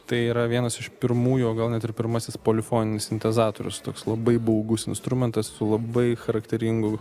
tai yra vienas iš pirmųjų o gal net ir pirmasis polifoninis sintezatorius toks labai baugus instrumentas su labai charakteringu